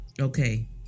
okay